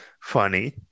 funny